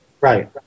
Right